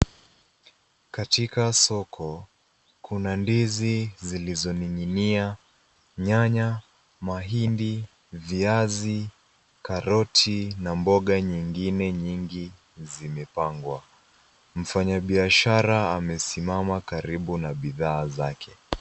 Katika soko, kuna ndizi zilizoning'inia, nyanya, mahindi, viazi, karoti, na mboga nyingine nyingi zimepangwa. Mfanyabiashara amesimama karibu na bidhaa zake.